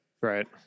Right